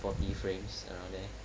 forty frames around there